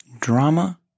Drama